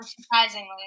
surprisingly